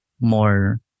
more